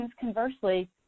conversely